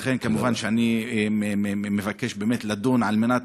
לכן אני מבקש לדון על מנת,